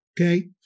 okay